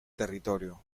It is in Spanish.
territorio